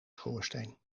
schoorsteen